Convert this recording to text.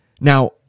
Now